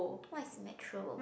what is nature